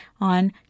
on